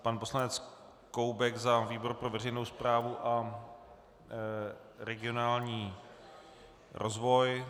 Pan poslanec Koubek za výbor pro veřejnou správu a regionální rozvoj?